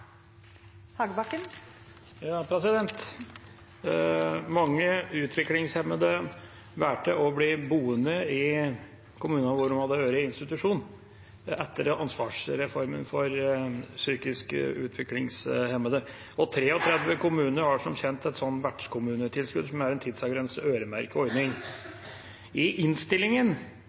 Mange utviklingshemmede valgte å bli boende i kommunene hvor de hadde vært i institusjon, etter ansvarsreformen for psykisk utviklinghemmede. 33 kommuner har som kjent et vertskommunetilskudd, som er en tidsavgrenset øremerket ordning. I innstillingen